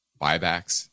buybacks